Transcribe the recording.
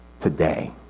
today